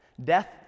Death